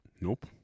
Nope